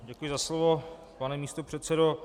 Děkuji za slovo, pane místopředsedo.